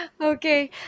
okay